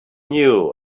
knew